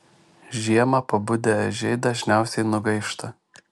žiemą pabudę ežiai dažniausiai nugaišta